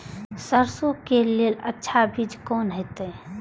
सरसों के लेल अच्छा बीज कोन होते?